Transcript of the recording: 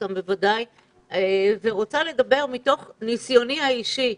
אותם ואני רוצה לדבר מתוך ניסיוני האישי.